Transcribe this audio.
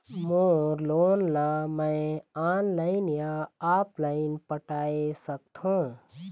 मोर loan ला मैं online या ऑफलाइन पटाए सकथों?